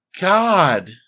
God